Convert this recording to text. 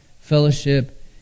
fellowship